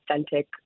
authentic